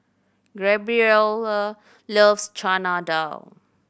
Gabriella loves Chana Dal